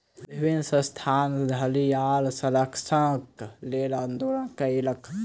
विभिन्न संस्थान घड़ियाल संरक्षणक लेल आंदोलन कयलक